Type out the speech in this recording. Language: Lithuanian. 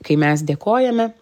kai mes dėkojame